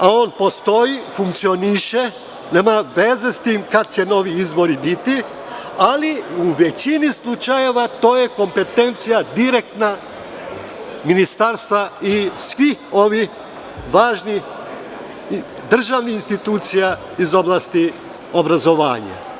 a on postoji, funkcioniše i nema veze sa tim kada će novi izbori biti, ali u većini slučajeva to je kompetencija direktna Ministarstva i svih ovih važnih državnih institucija iz oblasti obrazovanja?